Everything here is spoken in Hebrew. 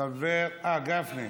גפני,